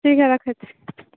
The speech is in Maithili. ठीक हइ रखै छी